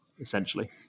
essentially